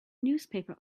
newspaper